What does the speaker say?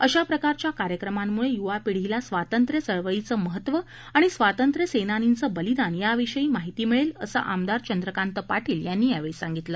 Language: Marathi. अशा प्रकारच्या कार्यक्रमांमुळे युवा पिढीला स्वातंत्र्य चळवळीचं महत्व आणि स्वातंत्र्य सेनानीचं बलिदान याविषयी माहिती मिळेल असं आमदार चंद्रकांत पाटील यांनी सांगितलं